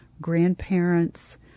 grandparents